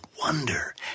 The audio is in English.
wonder